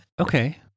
Okay